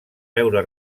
veure